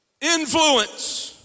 Influence